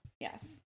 Yes